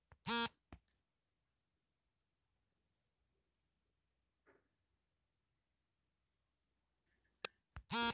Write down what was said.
bond ಮಾರ್ಕೆಟ್ನಲ್ಲಿ ಬಾಂಡ್ಗಳು maturity period ತಲುಪಿದಾಗ ಹೂಡಿಕೆದಾರರು ಲಾಭ ಗಳಿಸುತ್ತಾರೆ